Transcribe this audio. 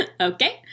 Okay